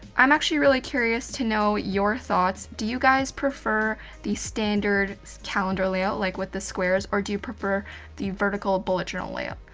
i'm actually really curious to know your thoughts. do you guys prefer the standard calendar layout like with the squares, or do you prefer the vertical bullet journal layout?